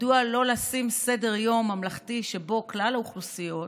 מדוע לא לשים סדר-יום ממלכתי שבו כלל האוכלוסיות